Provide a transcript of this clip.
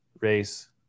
race